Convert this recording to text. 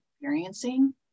Experiencing